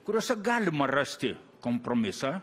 kuriose galima rasti kompromisą